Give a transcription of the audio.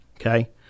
okay